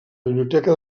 biblioteca